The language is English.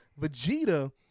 Vegeta